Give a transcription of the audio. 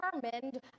determined